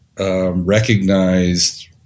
Recognized